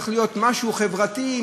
צריך להיות משהו חברתי,